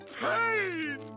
pain